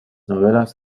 novelas